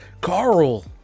Carl